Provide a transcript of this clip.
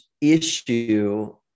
issue